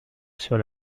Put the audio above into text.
sur